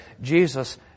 Jesus